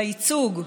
בייצוג,